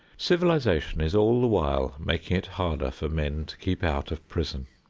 civilization is all the while making it harder for men to keep out of prison.